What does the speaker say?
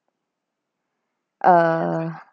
uh